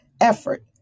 effort